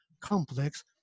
complex